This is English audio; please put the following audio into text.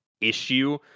issue